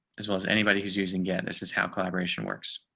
as well as anybody who's using get this is how collaboration works.